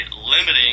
limiting